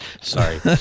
Sorry